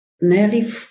nearly